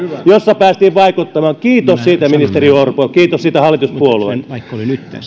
jossa päästiin vaikuttamaan kiitos siitä ministeri orpo kiitos siitä hallituspuolueet